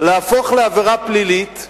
להפוך לעבירה פלילית.